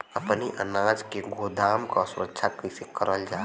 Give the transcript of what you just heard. अपने अनाज के गोदाम क सुरक्षा कइसे करल जा?